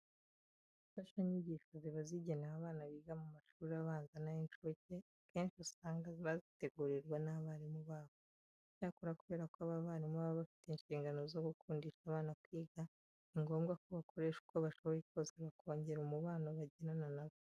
Imfashanyigisho ziba zigenewe abana biga mu mashuri abanza n'ay'incuke akenshi usanga bazitegurirwa n'abarimu babo. Icyakora kubera ko aba barimu baba bafite inshingano zo gukundisha abana kwiga ni ngombwa ko bakoresha uko bashoboye kose bakongera umubano bagirana na bo.